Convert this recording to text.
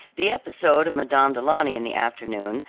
the episode of madame du launy in the afternoon,